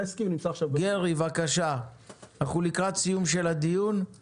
כי אני פשוט סיימתי לפני שעה את הבקשה